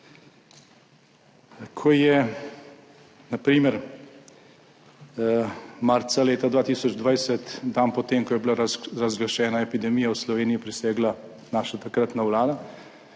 Ko je na primer marca leta 2020, dan po tem, ko je bila razglašena epidemija v Sloveniji, prisegla naša takratna vlada,